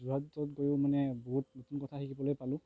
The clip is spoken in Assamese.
যোৰহাটত গৈ মানে বহুত নতুন কথা শিকিবলৈ পালোঁ